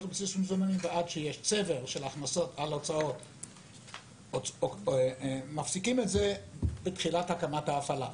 ועד שיש צבר של ההכנסות על ההוצאות מפסיקים את זה בתחילת הקמת ההפעלה.